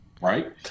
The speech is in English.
Right